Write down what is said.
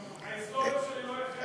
ההיסטוריה שלי לא החלה.